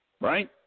Right